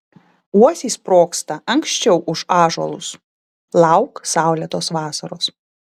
uosiai sprogsta anksčiau už ąžuolus lauk saulėtos vasaros